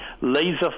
laser